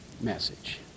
message